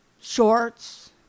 shorts